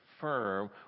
firm